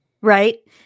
right